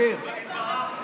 בזה התברכתי.